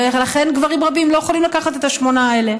ולכן גברים רבים לא יכולים לקחת את השמונה האלה.